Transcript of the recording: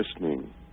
listening